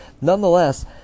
Nonetheless